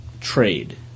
trade